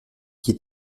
qui